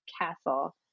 castle